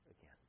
again